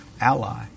ally